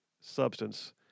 substance